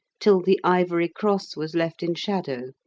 till the ivory cross was left in shadow,